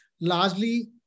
largely